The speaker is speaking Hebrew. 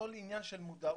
הכול עניין של מודעות,